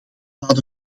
laat